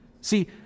See